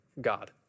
God